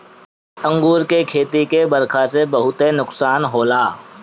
अंगूर के खेती के बरखा से बहुते नुकसान होला